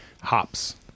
hops